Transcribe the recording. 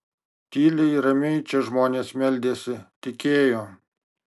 tyliai ramiai čia žmonės meldėsi tikėjo